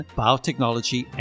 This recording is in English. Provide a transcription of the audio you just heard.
biotechnology